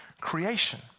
creation